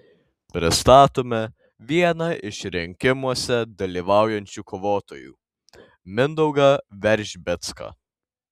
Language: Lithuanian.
pristatome vieną iš rinkimuose dalyvaujančių kovotojų mindaugą veržbicką